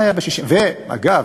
אגב,